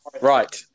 Right